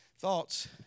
Thoughts